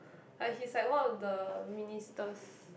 like he is like one of the ministers